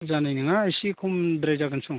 जानाय नङा इसि खमद्राय जागोन सं